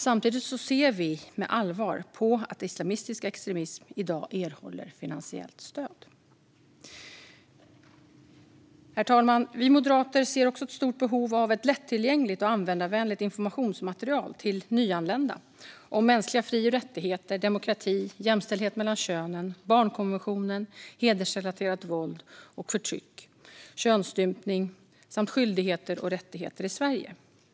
Samtidigt ser vi med allvar på att islamistisk extremism i dag erhåller finansiellt stöd. Herr talman! Vi moderater ser också ett stort behov av ett lättillgängligt och användarvänligt informationsmaterial till nyanlända om mänskliga fri och rättigheter, demokrati, jämställdhet mellan könen, barnkonventionen, hedersrelaterat våld och förtryck, könsstympning samt skyldigheter och rättigheter i Sverige.